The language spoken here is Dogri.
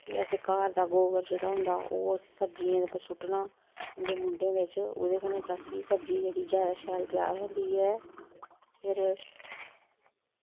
फिर असें घर दा गोबर जेह्ड़ा होंदा ओह् सब्ज़ियें उप्पर सुट्टना उं'दे मुंढे बिच्च ओह्दे कन्नै ताकि सब्ज़ी जेह्ड़ी ज्यादा शैल त्यार होंदी ऐ फिर